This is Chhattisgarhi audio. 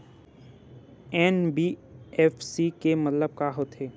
एन.बी.एफ.सी के मतलब का होथे?